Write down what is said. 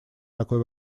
такой